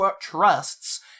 trusts